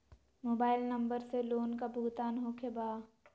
Mobile number से loan का भुगतान होखे बा?